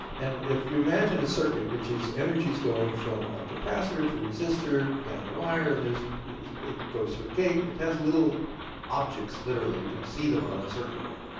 and if you imagine a circuit which is energy's going from a capacitor to resistor, down a wire, and it goes through a gate, it has little objects, literally. you can see them on a a circuit board.